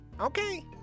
Okay